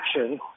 action